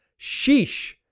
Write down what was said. Sheesh